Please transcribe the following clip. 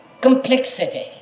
complexity